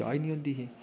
जाह्च नेईं होंदी ही